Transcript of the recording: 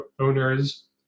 owners